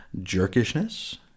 jerkishness